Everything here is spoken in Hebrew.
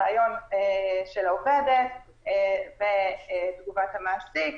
ריאיון של העובדת ותגובת המעסיק,